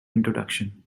introduction